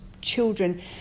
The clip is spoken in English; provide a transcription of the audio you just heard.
children